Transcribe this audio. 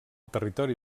territori